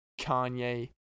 Kanye